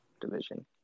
division